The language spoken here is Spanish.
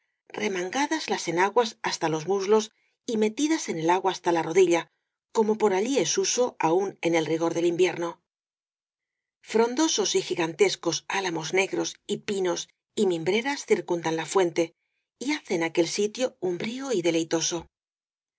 gadas las enaguas hasta los muslos y metidas en el agua hasta la rodilla como por allí es uso aun en el rigor del invierno frondosos y gigantescos ála mos negros y pinos y mimbreras circundan la fuente y hacen aquel sitio umbrío y deleitoso